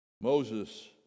Moses